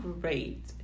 great